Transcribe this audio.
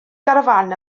garafán